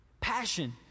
Passion